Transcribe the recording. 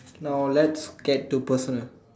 now let's get to personal